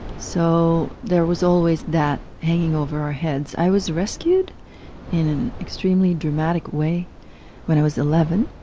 so there was always that hanging over our heads. i was rescued in an extremely dramatic way when i was eleven.